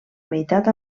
meitat